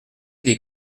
des